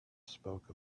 spoke